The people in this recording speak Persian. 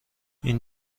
این